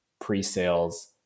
pre-sales